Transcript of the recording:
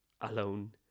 alone